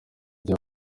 byo